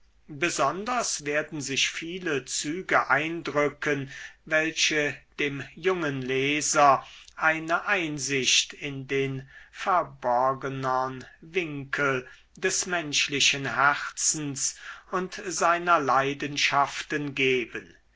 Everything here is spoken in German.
besonders werden sich viele züge eindrücken welche dem jungen leser eine einsicht in den verborgenern winkel des menschlichen herzens und seiner leidenschaften geben